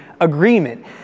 agreement